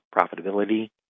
profitability